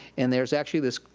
and there's actually this,